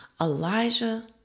Elijah